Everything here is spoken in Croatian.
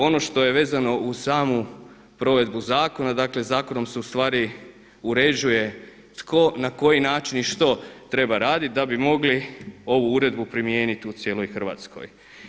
Ono što je vezano uz samu provedbu zakona, dakle zakonom se ustvari uređuje tko na koji način i što treba raditi da bi mogli ovu uredbu primijeniti u cijeloj Hrvatskoj.